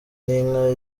n’inka